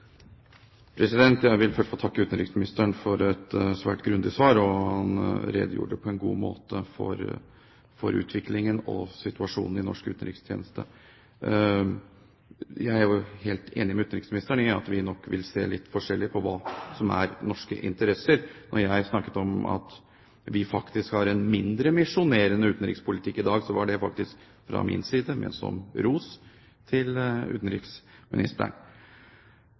måte for utviklingen og for situasjonen i norsk utenrikstjeneste. Jeg er helt enig med utenriksministeren i at vi nok vil se litt forskjellig på hva som er norske interesser. Da jeg snakket om at vi faktisk har en mindre misjonerende utenrikspolitikk i dag, så var det fra min side ment som ros til utenriksministeren.